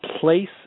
place